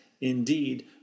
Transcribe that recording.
Indeed